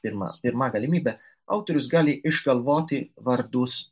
pirma pirma galimybė autorius gali išgalvoti vardus